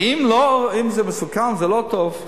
אם זה מסוכן וזה לא טוב,